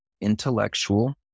intellectual